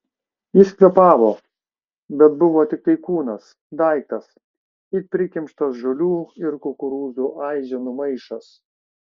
jis kvėpavo bet buvo tiktai kūnas daiktas it prikimštas žolių ir kukurūzų aiženų maišas